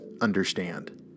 understand